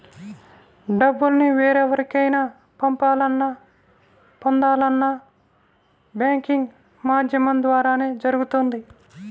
డబ్బుల్ని వేరెవరికైనా పంపాలన్నా, పొందాలన్నా బ్యాంకింగ్ మాధ్యమం ద్వారానే జరుగుతుంది